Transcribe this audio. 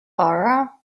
aura